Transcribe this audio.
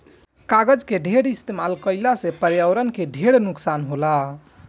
कागज के ढेर इस्तमाल कईला से पर्यावरण के ढेर नुकसान होला